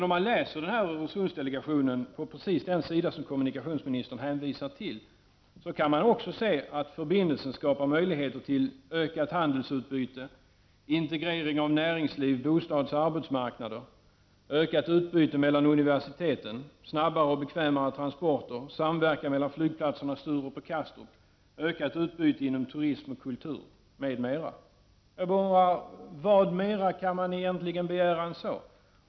Om man läser Öresundsdelegationens betänkande på samma sida som kommunikationsministern hänvisar till, finner man att förbindelsen skapar möjlighet till ett ökat handelsutbyte, integrering av näringslivet, bostadsoch arbetsmarknaden, ökat utbyte mellan universiteten, snabbare och bekvämare transporter, samverkan mellan flygplatserna Sturup och Kastrup och ökat utbyte inom turism och kultur, m.m. Vad mera kan man egentligen begära?